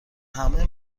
همه